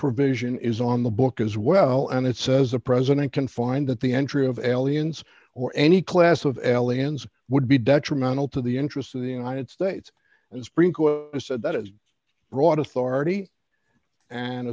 provision is on the book as well and it says a president can find that the entry of aliens or any class of aliens would be detrimental to the interests of the united states and sprinkle said that it brought authority and